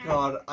God